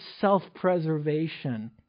self-preservation